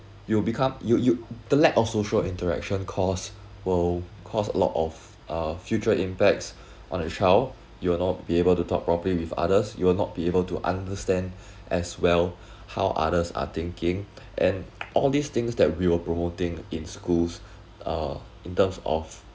you will become you you the lack of social interaction cause will cause a lot of uh future impacts on a child you will not be able to talk properly with others you will not be able to understand as well how others are thinking and all these things that we were promoting in schools uh in terms of